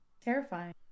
Terrifying